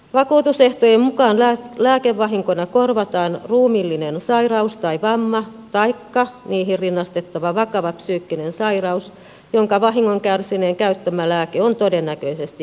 vakuutusehtojen mukaan lääkevahinkona korvataan ruumiillinen sairaus tai vamma taikka niihin rinnastettava vakava psyykkinen sairaus jonka vahingon kärsineen käyttämä lääke on todennäköisesti aiheuttanut